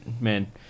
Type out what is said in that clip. man